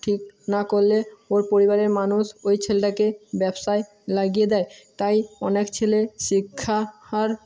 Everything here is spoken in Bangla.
ঠিক না করলে ওর পরিবারের মানুষ ওই ছেলেটাকে ব্যবসায় লাগিয়ে দেয় তাই অনেক ছেলে শিক্ষা আর